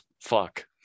fuck